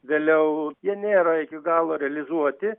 vėliau jie nėra iki galo realizuoti